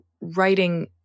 writing